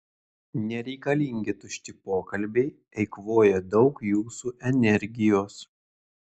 nereikalingi tušti pokalbiai eikvoja daug jūsų energijos